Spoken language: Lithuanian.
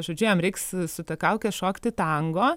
žodžiu jam reiks su ta kauke šokti tango